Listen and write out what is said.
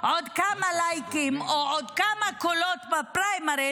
עוד כמה לייקים או עוד כמה קולות בפריימריז,